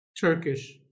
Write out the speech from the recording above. Turkish